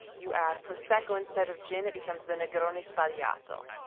you add prosecco instead of gin, it becomes the negroni sbagliato.